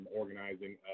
organizing